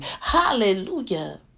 Hallelujah